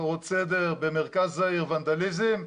הפרות סדר במרכז העיר, ונדליזם,